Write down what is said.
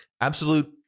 absolute